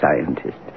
scientist